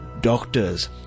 doctors